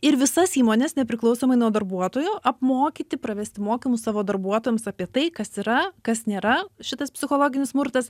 ir visas įmones nepriklausomai nuo darbuotojų apmokyti pravesti mokymus savo darbuotojams apie tai kas yra kas nėra šitas psichologinis smurtas